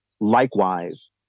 likewise